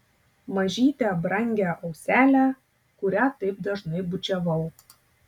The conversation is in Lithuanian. mažytę brangią auselę kurią taip dažnai bučiavau